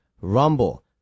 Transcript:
Rumble